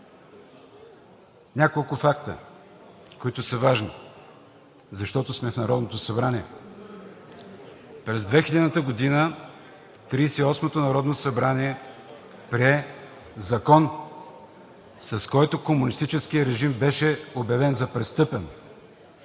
Няколко факта, които са важни, защото сме в Народното събрание. През 2000 г. 38-то народно събрание прие закон, с който комунистическият режим беше обявен за престъпен.